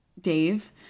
Dave